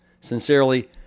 Sincerely